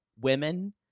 women